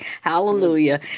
Hallelujah